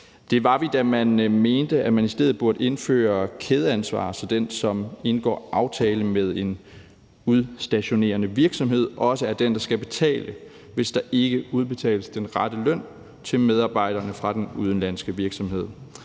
Det var vi, da vi mente, at man i stedet burde indføre et kædeansvar, så den, som indgår en aftale med en udstationerende virksomhed, også er den, der skal betale, hvis der ikke udbetales den rette løn til medarbejderne fra den udenlandske virksomhed.